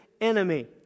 enemy